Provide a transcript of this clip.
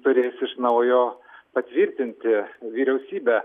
turės iš naujo patvirtinti vyriausybę